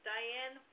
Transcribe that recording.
Diane